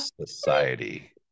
society